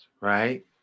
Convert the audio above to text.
right